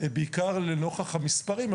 בעיקר לנוכח המספרים,